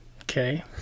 Okay